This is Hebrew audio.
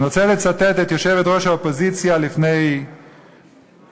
אני רוצה לצטט את יושבת-ראש האופוזיציה לפני שנה.